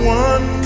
one